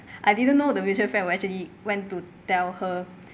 I didn't know the mutual friend will actually went to tell her